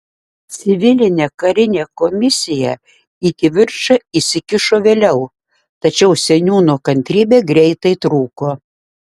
civilinė karinė komisija į kivirčą įsikišo vėliau tačiau seniūno kantrybė greitai trūko